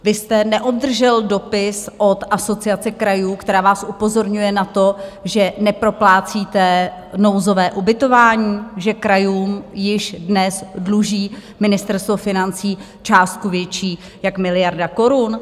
Vy jste neobdržel dopis od Asociace krajů, která vás upozorňuje na to, že neproplácíte nouzové ubytování, že krajům již dnes dluží Ministerstvo financí částku větší jak miliardu korun?